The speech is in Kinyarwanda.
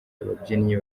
ababyinnyi